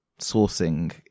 sourcing